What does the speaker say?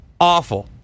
awful